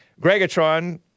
Gregatron